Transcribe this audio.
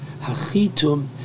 Hachitum